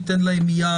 ניתן להם מיד